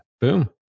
Boom